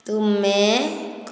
ତୁମେ କଣ